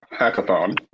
hackathon